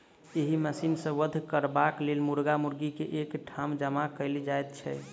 एहि मशीन सॅ वध करबाक लेल मुर्गा मुर्गी के एक ठाम जमा कयल जाइत छै